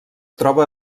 troba